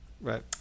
Right